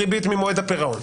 מתחילה הריבית ממועד הפירעון.